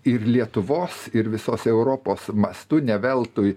ir lietuvos ir visos europos mastu ne veltui